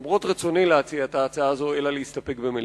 אלא להסתפק במליאה.